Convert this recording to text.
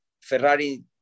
Ferrari